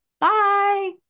Bye